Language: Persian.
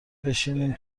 بشینیم